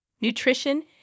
Nutrition